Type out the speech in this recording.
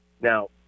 Now